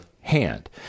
hand